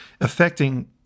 affecting